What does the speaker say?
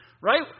Right